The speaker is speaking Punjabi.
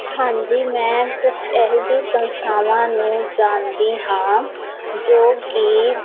ਹਾਂਜੀ ਮੈਂ ਕੁਛ ਇਹੋ ਜਿਹੀ ਸੰਸਥਾਵਾਂ ਨੂੰ ਜਾਣਦੀ ਹਾਂ ਜੋ ਕਿ